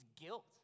guilt